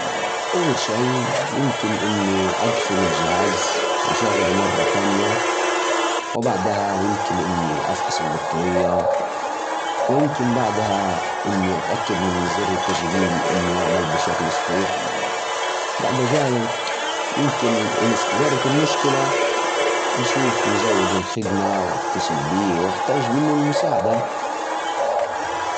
اول شي جرب بتعيد تشغيل الهاتف بالضغط على زر الباور لفترة طويلة اذا ما نفع تأكد ان البطارية مش فاضية وحاول تشبكه بالشاحن اذا الشاشة لا تزال ما تشتغل جرب تدخل وضع الإستعادة واذا كل هذا ما نفع يمكن تحتاج توديه لمحل صيانه